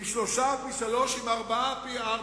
אם שלושה, פי-שלושה.